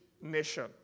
nation